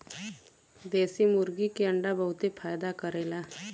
देशी मुर्गी के अंडा बहुते फायदा करेला